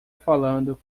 falando